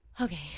okay